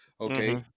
okay